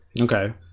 Okay